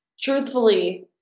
truthfully